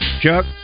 Chuck